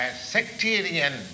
sectarian